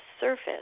surface